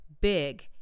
big